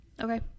Okay